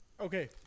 Okay